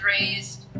raised